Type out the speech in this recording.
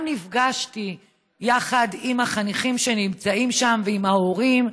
נפגשתי גם עם החניכים שנמצאים שם ועם ההורים.